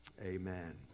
Amen